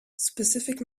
specific